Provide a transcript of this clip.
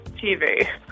TV